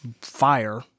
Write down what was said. fire